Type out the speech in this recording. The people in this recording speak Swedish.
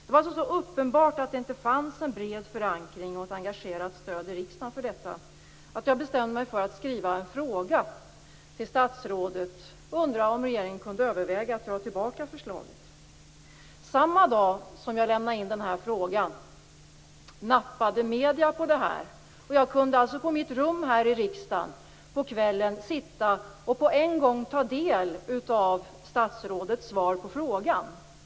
Det var så uppenbart att det inte fanns en bred förankring och ett engagerat stöd i riksdagen för detta att jag bestämde mig för att skriva en fråga till statsrådet och undra om regeringen kunde överväga att dra tillbaka förslaget. Samma dag som jag lämnade in den här frågan nappade medierna på det här. Jag kunde alltså på kvällen här i riksdagen sitta på mitt rum och på en gång ta del av statsrådets svar på frågan.